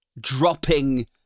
Dropping